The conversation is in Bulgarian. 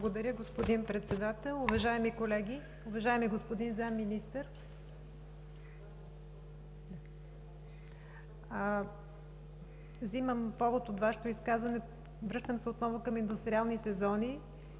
Благодаря, господин Председател. Уважаеми колеги, уважаеми господин Министър! Взимам повод от Вашето изказване. Връщам се отново към индустриалните зони,